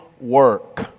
work